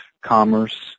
commerce